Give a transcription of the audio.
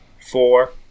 four